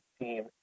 team